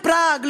לפראג,